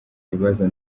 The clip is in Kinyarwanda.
ibibazo